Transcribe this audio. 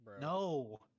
No